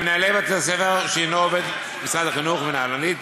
הם מנהל בית-הספר שהנו עובד משרד החינוך ומינהלנית